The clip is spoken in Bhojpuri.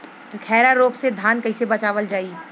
खैरा रोग से धान कईसे बचावल जाई?